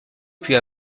puis